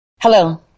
Hello